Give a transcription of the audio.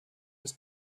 des